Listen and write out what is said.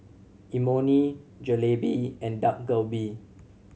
Imoni Jalebi and Dak Galbi